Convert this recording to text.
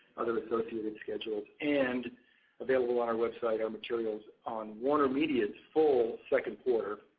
other associated schedules. and available on our website are materials on warnermedia's full second quarter